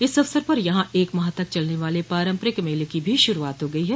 इस अवसर पर यहां एक माह तक चलने वाले पारम्परिक मेले की भी शुरूआत हो गयी है